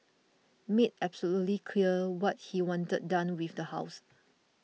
made absolutely clear what he wanted done with the house